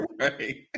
Right